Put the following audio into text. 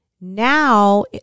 Now